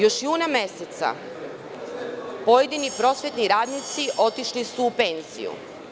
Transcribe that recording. Još juna meseca pojedini prosvetni radnici otišli su u penziji.